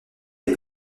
des